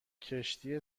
کشتی